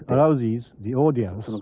but rouses the audience